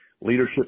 leadership